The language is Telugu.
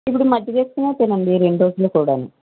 ఇప్పుడు మజ్జిగ వేసుకునే తిన్నండి ఈ రెండు రోజులు కూడా